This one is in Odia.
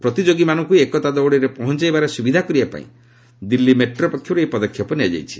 ପ୍ରତିଯୋଗୀମାନଙ୍କୁ ଏକତା ଦୌଡ଼ରେ ପହଞ୍ଚବାରେ ସୁବିଧା କରିବାପାଇଁ ଦିଲ୍ଲୀ ମେଟ୍ରୋ ପକ୍ଷରୁ ଏହି ପଦକ୍ଷେପ ନିଆଯାଇଛି